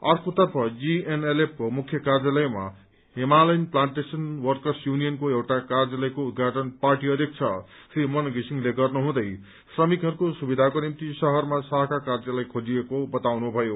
अर्कोतर्फ जीएनएलएफको मुख्य कार्यालयमा हिमालयन प्लान्टेशन वर्करस युनियनको एउटा कार्यालयको उद्घाटन पार्टी अध्यक्ष श्री मन विसिङले गर्दै श्रमिकहरूको सुविधाको निम्ति शहरमा शखा कार्यालय खोलिएको बताउनुभयो